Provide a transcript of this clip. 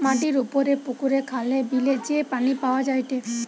মাটির উপরে পুকুরে, খালে, বিলে যে পানি পাওয়া যায়টে